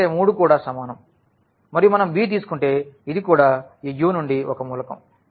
ఎందుకంటే మూడు కూడా సమానం మరియు మనం b తీసుకుంటే ఇది కూడా ఈ U నుండి ఒక మూలకం